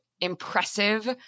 impressive